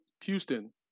Houston